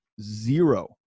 zero